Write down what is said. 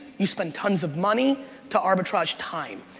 you spend tons of money to arbitrage time.